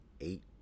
eight